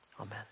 Amen